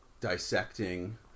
dissecting